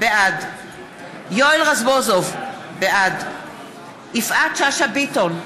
בעד יואל רזבוזוב, בעד יפעת שאשא ביטון,